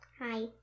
Hi